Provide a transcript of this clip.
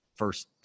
first